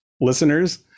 listeners